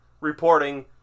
reporting